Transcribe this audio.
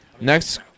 Next